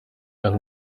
and